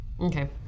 Okay